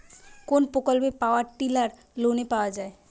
কোন প্রকল্পে power tiller লোনে পাওয়া য়ায়?